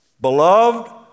Beloved